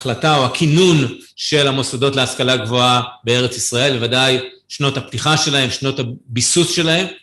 החלטה או הכינון של המוסדות להשכלה גבוהה בארץ ישראל, לוודאי שנות הפתיחה שלהם, שנות הביסוס שלהם.